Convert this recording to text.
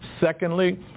Secondly